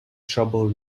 trouble